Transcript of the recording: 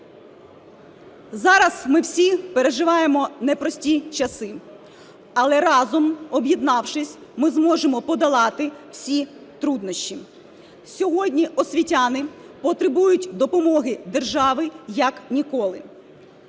Зараз ми всі переживаємо непрості часи. Але разом об'єднавшись, ми зможемо подолати всі труднощі. Сьогодні освітяни потребують допомоги держави як ніколи.